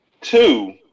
Two